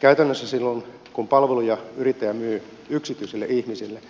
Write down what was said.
käytännössä silloin kun yrittäjä myy palveluja yksityiselle ihmiselle